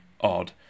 odd